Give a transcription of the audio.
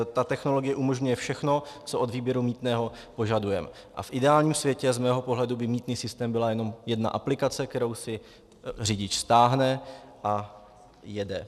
Ta technologie umožňuje všechno, co od výběru mýtného požadujeme, a v ideálním světě, z mého pohledu, by mýtný systém byla jenom jedna aplikace, kterou si řidič stáhne a jede.